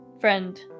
friend